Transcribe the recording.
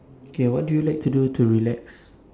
okay what do you like to do to relax